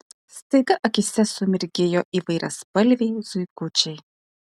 staiga akyse sumirgėjo įvairiaspalviai zuikučiai